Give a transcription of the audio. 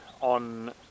on